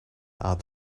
out